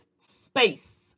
space